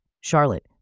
Charlotte